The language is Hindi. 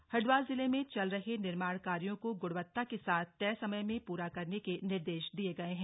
बैठक हरिद्वार जिले में चल रहे निर्माण कार्यों को गुणवत्ता के साथ तय समय में पूरा करने के निर्देश दिये गये हैं